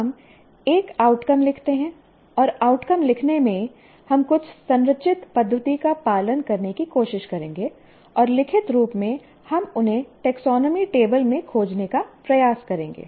हम एक आउटकम लिखते हैं और आउटकम लिखने में हम कुछ संरचित पद्धति का पालन करने की कोशिश करेंगे और लिखित रूप में हम उन्हें टेक्सोनोमी टेबल में खोजने का प्रयास करेंगे